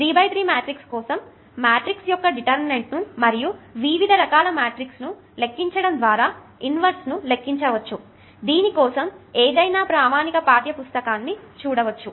కాబట్టి 3 x 3 matrix కోసం matrix యొక్క డిటెర్మినెన్ట్ ను మరియు వివిధ రకాల మ్యాట్రిక్స్ ను లెక్కించడం ద్వారా ఇన్వర్స్ ను లెక్కించవచ్చు దీని కోసం ఏదైనా ప్రామాణిక పాఠ్య పుస్తకాన్ని చూడవచ్చు